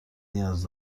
نیاز